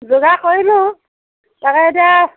যোগাৰ কৰিলোঁ তাকে এতিয়া